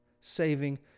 saving